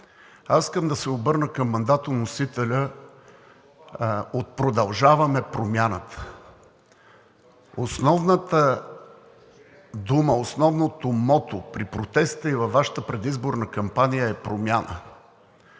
Аз искам да се обърна към мандатоносителя от „Продължаваме Промяната“. Основната дума, основното мото при протестите и във Вашата предизборна кампания е „Промяна“.